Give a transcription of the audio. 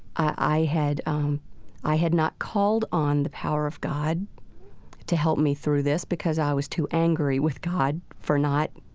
i had i had not called on the power of god to help me through this because i was too angry with god for not